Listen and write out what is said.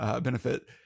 benefit